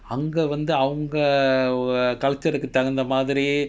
அங்க வந்து அவங்க:anga vanthu avanga err culture க்கு தகுந்த மாதிரி:ku thakuntha maathiri